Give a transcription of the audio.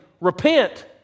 repent